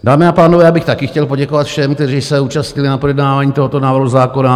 Dámy a pánové, já bych taky chtěl poděkovat všem, kteří se účastnili projednávání tohoto návrhu zákona.